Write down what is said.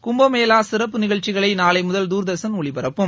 கும்பமேளா சிறப்பு நிகழ்ச்சிகளை நாளை முதல் துார்தர்ஷன் ஒளிபரப்பும்